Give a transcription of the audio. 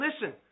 Listen